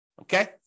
Okay